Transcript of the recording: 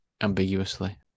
ambiguously